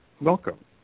Welcome